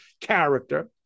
character